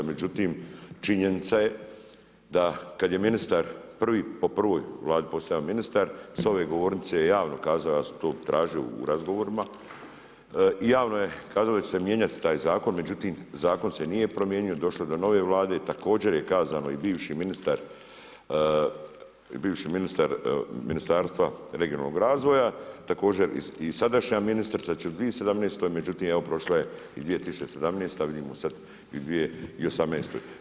Međutim činjenica je da kada je ministar po prvoj vladi postao ministar s ove govornice je javno kazao ja sam to tražio u razgovorima, javno je kazali ste da će se mijenjati taj zakon, međutim zakon se nije promijenio, došlo je do nove vlade također je kazano i bivši ministar Ministarstva regionalnog razvoja, također i sadašnja ministrica će u 2017. međutim evo prošla je i 2017. vidimo sada i 2018.